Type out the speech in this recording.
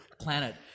planet